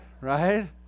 Right